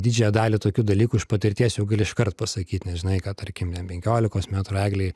didžiąją dalį tokių dalykų iš patirties jau gali iškart pasakyt nes žinai kad tarkim ten penkiolikos metrų eglei